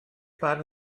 barn